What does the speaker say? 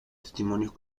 testimonios